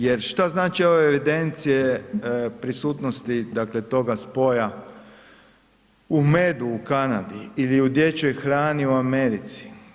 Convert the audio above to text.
Jer što znači ove evidencije prisutnosti dakle toga spoja u medu u Kanadi ili u dječjoj hrani u Americi?